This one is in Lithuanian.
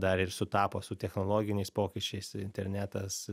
dar ir sutapo su technologiniais pokyčiais internetas